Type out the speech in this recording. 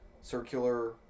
circular